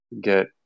get